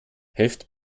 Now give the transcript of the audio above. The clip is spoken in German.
helft